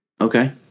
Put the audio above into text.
Okay